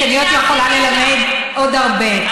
כי אני יכולה ללמד עוד הרבה.